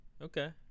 Okay